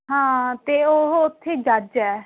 ਹਾਂ ਤੇ ਉਹ ਉੱਥੇ ਜੱਜ ਹੈ